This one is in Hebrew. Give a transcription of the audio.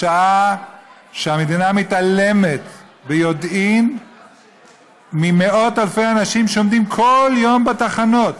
בשעה שהמדינה מתעלמת ביודעין ממאות אלפי אנשים שעומדים כל יום בתחנות.